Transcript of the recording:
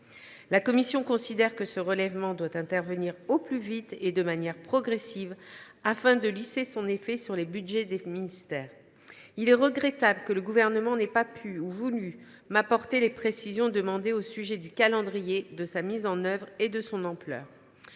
La commission considère que ce relèvement doit intervenir au plus vite et de manière progressive afin de lisser son effet sur les budgets des ministères. Il est regrettable que le Gouvernement n’ait pas pu ou voulu m’apporter les précisions demandées sur le calendrier de mise en œuvre et sur son ampleur.